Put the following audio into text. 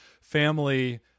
family